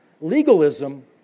Legalism